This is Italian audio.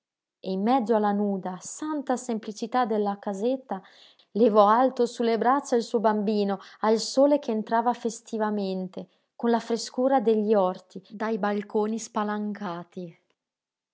in mezzo alla nuda santa semplicità della casetta levò alto sulle braccia il suo bambino al sole che entrava festivamente con la frescura degli orti dai balconi spalancati